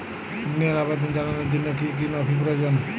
ঋনের আবেদন জানানোর জন্য কী কী নথি প্রয়োজন?